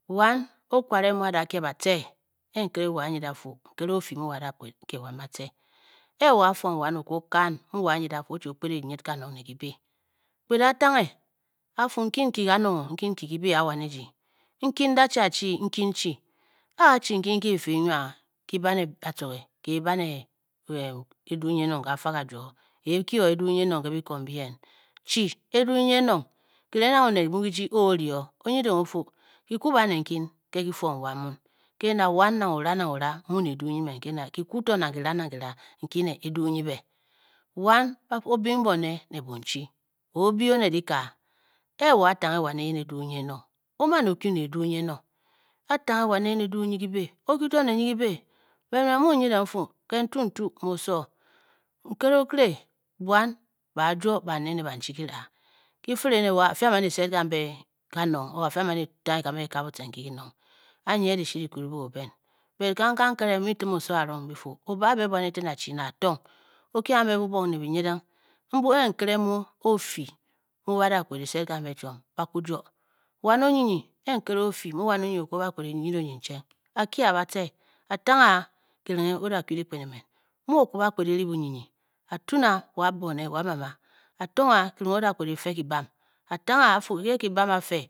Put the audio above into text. Wan o- kware mu a da a e kye batce e nkere wo a nyid a fu nkere o- fyi mu a da a e kped e kye wan batce. e-e wo a-fuon wan o kwu o kan mu wo anyid a fu o chi oo kped nyid kanung ne kibe, kped a tanghe a fu nkin ki kanong o nkin nki kibe a a wan ejyi, nkin da chi achii, nkin chi. A a-chi nkyi kyi fi kyi nwang kyi-ba ne acoge kiiba ne eduu nyi enong ke kafa kajoo. ke kye o eduu nyi enong ke byiko mbyi eyen. chi eduu nyi enong kirenge nyi nang oned nke o-ri o onyiding o-fu, kyiku banet nkyin ke ki fuonwan mun ke na wan nang o ra nang o ra mu ne eduu nyi men, ke na kikwu to nang kira nang kira nkyi ne eduu nyi be. wan o bing bone ne bonchi o o bi oned dikaa. A wo a-tange wan eyen eduu nyi enong, o-man o-kyu ne eduu nyi enong a-a-tange a eduu nyi kyibi, o-kyu to ne eduu nyi kyibi. bod me mu n-nyid ng n-fu, ke ntuntu, mu osowo, nkere okire bwan ba jwo bane ne banchi kyira kyi-firi ene wa wo a fii a- man e sed kambe kanong or a fii a man etanghe kambe kyika butcen nkyi kyinong anyi ke dishi ki kwuu ba o ben, be kangkang nkere Byi mu byi-tim m osowo arong byi-fu, o baa be buan eten achi ne atong o kye kambe bubong ne binyiding mbu e nkere mu o-o fyi mu ba da kped e sed kambe chiom ba kwu joo. wan onyinyi e nkere o- fyi mu wan onyinyi o kwu ba kped e nyiding onyicheng a kye batce, a tanghe a kirenghe o da kyu dyikpen emen, mu o-ku o-ba kpe e ri bunyinyi a tuun a wa bone wa mama a-tonge a eringe o da fe kyibam, a tanghe a a fu kibam a fe